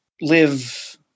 live